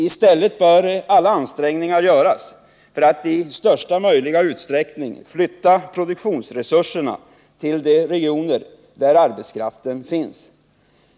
I stället bör alla ansträngningar göras för att i största möjliga utsträckning flytta produktionsresurserna till de regioner där arbetskraften finns.